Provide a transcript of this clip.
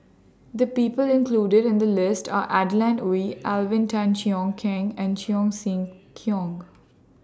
The People included in The list Are Adeline Ooi Alvin Tan Cheong Kheng and Cheong Siew Keong